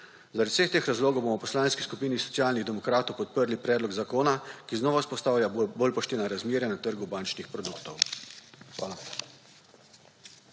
Zaradi vseh teh razlogov bomo v Poslanski skupini Socialnih demokratov podprli predlog zakona, ki znova vzpostavlja bolj poštena razmerja na trgu bančnih produktov. Hvala.